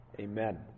amen